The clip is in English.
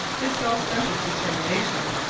his self-centred determination,